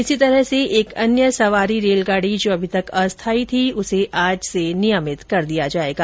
इसी तरह से एक अन्य सवारी गाडी जो अभी तक अस्थायी थी उसे आज से नियमित कर दिया जायेगा